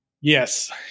Yes